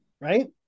Right